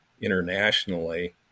internationally